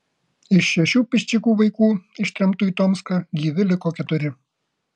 iš šešių piščikų vaikų ištremtų į tomską gyvi liko keturi